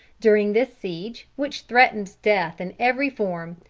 during this siege, which threatened death in every form,